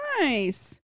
Nice